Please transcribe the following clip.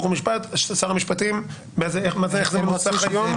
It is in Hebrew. חוק ומשפט --- איך זה מנוסח היום?